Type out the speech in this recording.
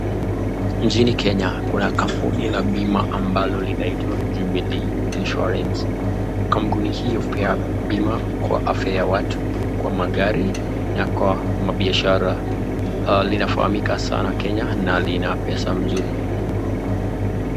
Nchini Kenya Kuna kampuni la bima ambalo linaitwa jubilee insurance, kampuni hii hupea bima kwa afya ya watu, kwa magari na kwa mabiashara linafahamika sana Kenya na lina pesa mzuri.